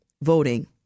voting